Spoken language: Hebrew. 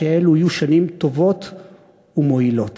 יהיו שנים טובות ומועילות.